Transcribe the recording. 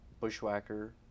Bushwhacker